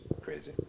Crazy